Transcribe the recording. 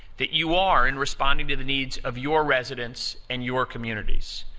that you are in responding to the needs of your residents and your communities.